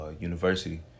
university